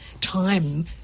time